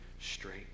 straight